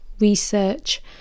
research